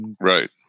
Right